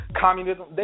communism